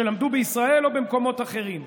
שלמדו בישראל או במקומות אחרים.